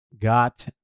got